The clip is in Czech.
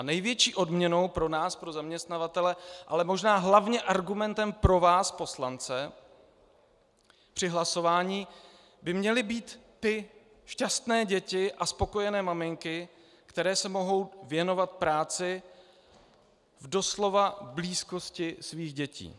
Největší odměnou pro nás, pro zaměstnavatele, ale možná hlavně argumentem pro vás poslance při hlasování by měly být ty šťastné děti a spokojené maminky, které se mohou věnovat práci v doslova blízkosti svých dětí.